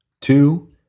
two